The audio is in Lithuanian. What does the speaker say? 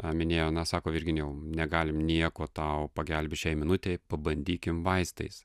paminėjo na sako virginijau negalim nieko tau pagelbėt šiai minutei pabandykim vaistais